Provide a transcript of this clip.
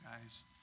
guys